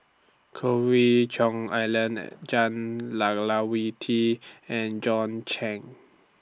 Choe We Cheong Alan and Jah Lelawati and John Clang